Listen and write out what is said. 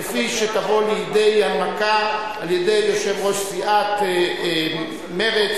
כפי שתבוא לידי הנמקה על-ידי יושב-ראש סיעת מרצ,